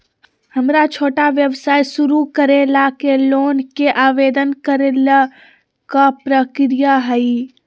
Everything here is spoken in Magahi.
हमरा छोटा व्यवसाय शुरू करे ला के लोन के आवेदन करे ल का प्रक्रिया हई?